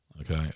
Okay